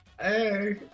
Hey